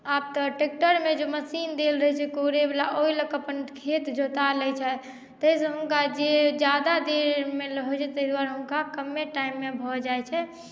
आब तऽ ट्रैक्टरमे जे मशीन देल रहै छै कोरै वला ओहि लऽ कऽ अपन खेत जोता लै छैथ ताहि सँ हुनका जे जादा देरमे होइ छलै ताहि दुआरे हुनका कमे टाइम मे भऽ जाइ छै